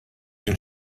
den